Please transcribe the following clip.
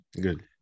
Good